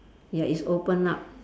ya it's open up